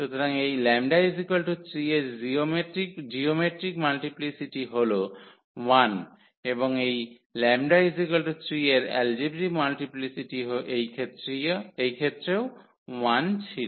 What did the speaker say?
সুতরাং এই 𝜆 3 এর জিওমেট্রিক মাল্টিপ্লিসিটি হল 1 এবং এই 𝜆 3 এর এলজেব্রিক মাল্টিপ্লিসিটি এই ক্ষেত্রেও 1 ছিল